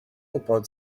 wybod